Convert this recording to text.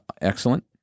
Excellent